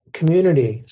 community